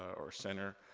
or center,